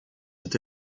été